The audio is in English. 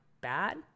bad